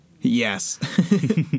Yes